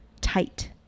tight